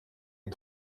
est